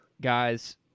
Guys